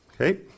Okay